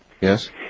Yes